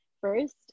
first